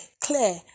clear